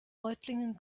reutlingen